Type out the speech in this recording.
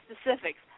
specifics